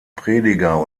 prediger